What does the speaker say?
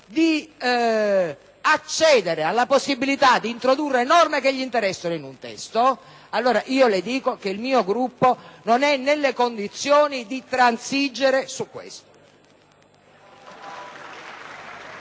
Assemblea, alla possibilità di introdurre norme che le interessano in un testo, allora le dico che il mio Gruppo non è nelle condizioni di transigere su questo.